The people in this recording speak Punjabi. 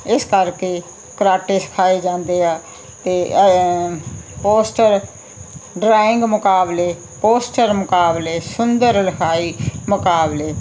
ਇਸ ਕਰਕੇ ਕਰਾਟੇ ਸਿਖਾਏ ਜਾਂਦੇ ਆ ਅਤੇ ਪੋਸਟਰ ਡਰਾਇੰਗ ਮੁਕਾਬਲੇ ਪੋਸਟਰ ਮੁਕਾਬਲੇ ਸੁੰਦਰ ਲਿਖਾਈ ਮੁਕਾਬਲੇ